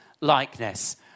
likeness